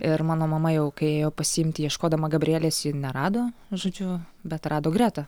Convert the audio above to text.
ir mano mama jau kai ėjo pasiimti ieškodama gabrielės ji nerado žodžiu bet rado gretą